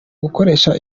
gukoresha